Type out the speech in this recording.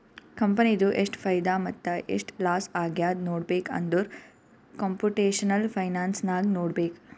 ಕಂಪನಿದು ಎಷ್ಟ್ ಫೈದಾ ಮತ್ತ ಎಷ್ಟ್ ಲಾಸ್ ಆಗ್ಯಾದ್ ನೋಡ್ಬೇಕ್ ಅಂದುರ್ ಕಂಪುಟೇಷನಲ್ ಫೈನಾನ್ಸ್ ನಾಗೆ ನೋಡ್ಬೇಕ್